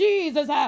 Jesus